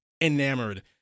enamored